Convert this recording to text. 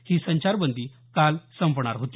ही संचारबंदी काल संपणार होती